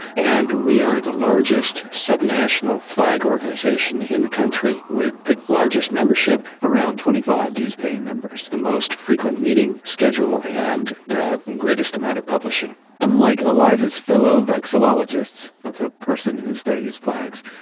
and we are the largest sub-national flag organization in the country, with the largest membership around twenty five dues-paying members the most frequent meeting schedule, and the greatest amount of publishing unlike a lot of his fellow vexillologists, that's a person who studies flags,